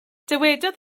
dywedodd